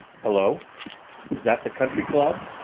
hello is that the country club?